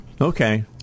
Okay